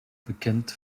bekend